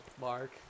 Mark